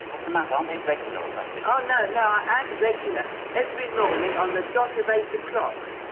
what's the matter? aren't they regular or something? oh, no, no. i'm regular every morning on the dot of eight o'clock.